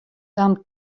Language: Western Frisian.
dan